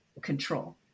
control